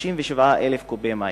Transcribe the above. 57,000 קוב מים,